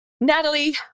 Natalie